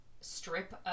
strip